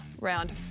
round